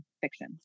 fiction